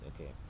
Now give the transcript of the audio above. Okay